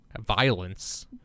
violence